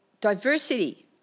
diversity